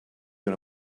una